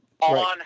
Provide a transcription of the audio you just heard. on